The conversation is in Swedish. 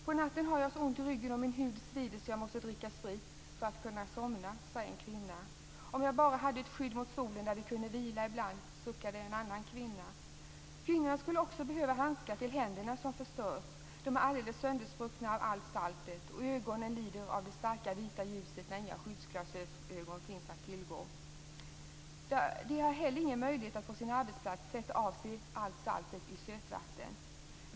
"På natten har jag så ont i ryggen, och min hud svider så att jag måste dricka sprit för att kunna somna", sade en kvinna. "Om vi bara hade ett skydd mot solen där vi kunde vila ibland", suckade en annan kvinna. Kvinnorna skulle också behöva handskar till händerna som förstörts. De är alldeles sönderspruckna av allt saltet, och ögonen lider av det starka vita ljuset när inte skyddsglasögon finns att tillgå. De har heller ingen möjlighet att på sin arbetsplats tvätta av sig allt saltet i sötvatten.